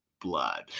blood